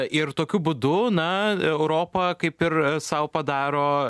ir tokiu būdu na europa kaip ir sau padaro